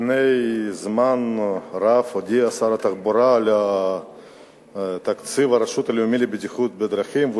לפני זמן רב הודיע שר התחבורה על תקציב הרשות הלאומית לבטיחות בדרכים,